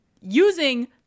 using